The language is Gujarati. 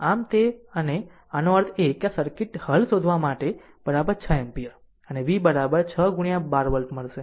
આમ તે અને આનો અર્થ એ કે આ સર્કિટ હલ શોધવા માટે 6 એમ્પીયર અને v 6 12 વોલ્ટ મળશે